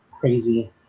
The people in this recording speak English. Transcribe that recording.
crazy